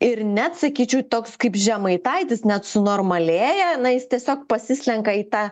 ir net sakyčiau toks kaip žemaitaitis net sunormalėja na jis tiesiog pasislenka į tą